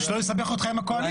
בשביל שלא יסבך אותך עם הקואליציה.